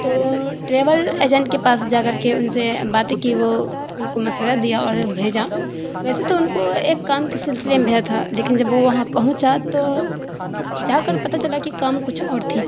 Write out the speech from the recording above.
تو travel agent کے پاس جا کر کے ان سے باتیں کی وہ ان کو مشورہ دیا اور بھیجا ویسے تو ان کو ایک کام کے سلسلے میں بھیجا تھا لیکن جب وہ وہاں پہنچا تو جا کر پتہ چلا کہ کام کچھ اور تھی